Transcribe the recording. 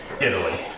Italy